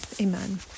Amen